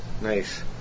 Nice